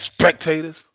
spectators